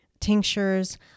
tinctures